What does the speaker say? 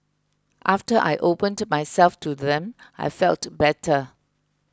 after I opened myself to them I felt better